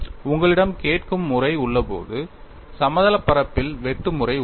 உங்களிடம் கேட்கும் முறை உள்ள போது சமதளப் பரப்பில் வெட்டு முறை உள்ளது